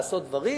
לעשות דברים,